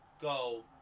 Go